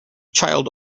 child